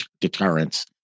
deterrence